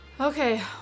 okay